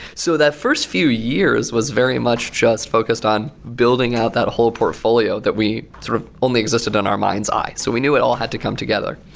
so that first few years was very much just focused on building out that whole portfolio that we sort of only existed on our mind's eyes. so we knew it all had to come together.